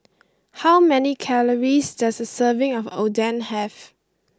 how many calories does a serving of Oden have